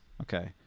Okay